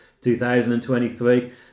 2023